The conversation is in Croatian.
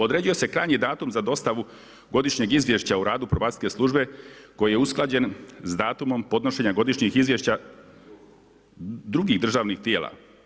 Određuje se krajnji datum za dostavu godišnjeg izvješća o radu probacijske službe koji je usklađen s datumom podnošenja godišnjih izvješća drugih državnih tijela.